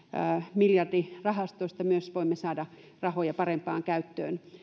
miljardirahastoista voimme saada rahoja parempaan käyttöön